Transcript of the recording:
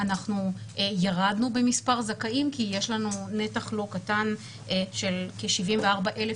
אנחנו ירדנו במספר הזכאים כי יש לנו נתח לא קטן של כ-74 אלף